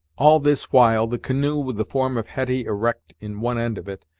all this while the canoe, with the form of hetty erect in one end of it,